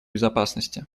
безопасности